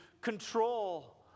control